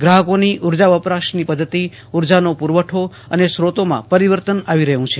ગ્રાહકોની ઊર્જા વપરાશની પદ્ધતિ ઊર્જાનો પુરવઠો અને સ્રોતોમાં પરિવર્તન આવી રહ્યું છે